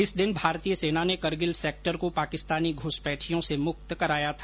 इस दिन भारतीय सेना ने करगिल सेक्टर को पाकिस्तानी घ्रसपैठियों से मुक्त कराया था